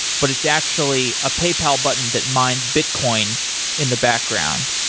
but it's actually a paypal button that mines bitcoin in the background.